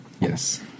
Yes